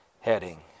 heading